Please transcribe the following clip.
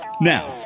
Now